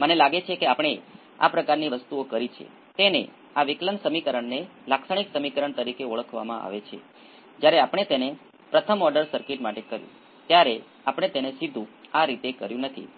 પરંતુ આ સંકર સંખ્યાનો માત્ર એક ખૂણો છે મેગ્નિટ્યુડ શું છે ફ્રિક્વન્સી વધારે છે તે ખરેખર 1